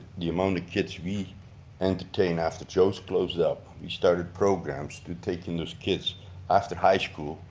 the amount of kids we entertain after joe's closes up, we started programs to taking those kids after high school,